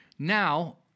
Now